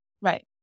Right